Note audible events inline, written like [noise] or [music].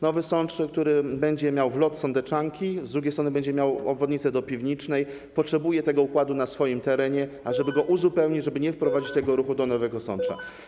Nowy Sącz, który będzie miał wlot sądeczanki, z drugiej strony będzie miał obwodnicę do Piwnicznej, potrzebuje tego układu na swoim terenie, żeby [noise] go uzupełnić, żeby nie wprowadzić tego ruchu do Nowego Sącza.